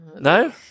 No